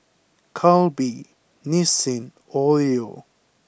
Calbee Nissin Oreo